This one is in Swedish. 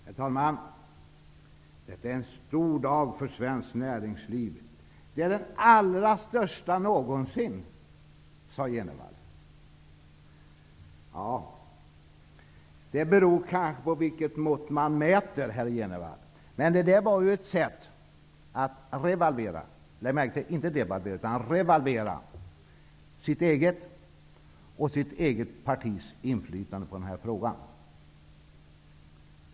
Herr talman! Det är en stor dag för svenskt näringsliv, den allra största någonsin, sade Jenevall. Ja, det beror kanske på med vilka mått man mäter, herr Jenevall. Detta var ett sätt för honom att revalvera -- märk väl inte devalvera -- sitt och sitt eget partis inflytande på den här frågan.